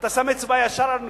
אתה שם אצבע ישר על הנקודה.